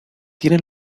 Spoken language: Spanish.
tiene